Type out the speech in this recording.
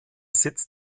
sitz